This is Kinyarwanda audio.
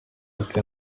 ati